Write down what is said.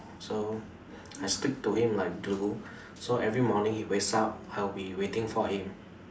so I stick to him like glue so every morning he wakes up I will be waiting for him